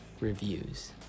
reviews